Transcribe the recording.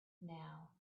now